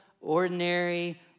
ordinary